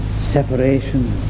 separation